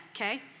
okay